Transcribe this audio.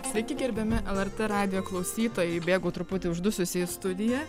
sveiki gerbiami lrt radijo klausytojai bėgau truputį uždususi į studiją